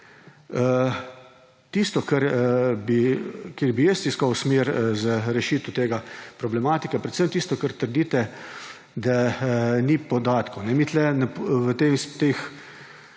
Tisto, kjer bi jaz iskal smer za rešitev te problematike, predvsem tistega, kar trdite – da ni podatkov. Mi v teh